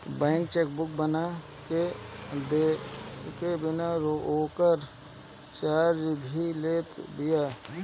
bank chequebook बना के देत बिया तअ ओकर चार्ज भी लेत बिया